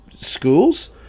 schools